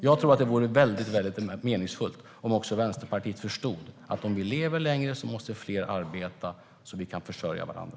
Jag tror att det vore meningsfullt om även Vänsterpartiet förstod att om vi lever längre måste fler arbeta så att vi kan försörja varandra.